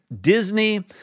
Disney